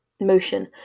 motion